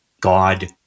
God